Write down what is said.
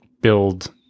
build